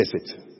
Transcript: visit